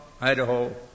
Idaho